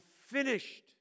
finished